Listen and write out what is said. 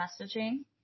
messaging